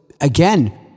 again